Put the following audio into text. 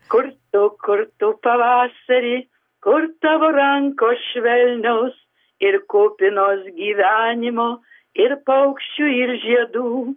kur tu kur tu pavasari kur tavo rankos švelnios ir kupinos gyvenimo ir paukščių ir žiedų